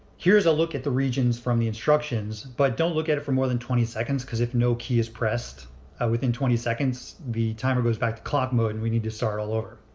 here's a look at the regions from the instructions. but don't look at it for more than twenty seconds because if no key is pressed within twenty seconds, the timer goes back to clock mode and we'll need to start all over.